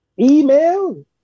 email